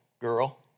girl